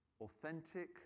authentic